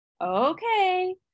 okay